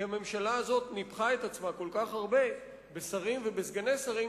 כי הממשלה הזאת ניפחה את עצמה בכל כך הרבה שרים וסגני שרים,